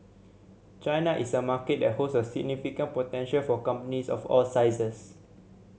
China is a market that holds a significant potential for companies of all sizes